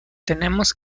tenemos